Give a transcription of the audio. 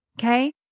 Okay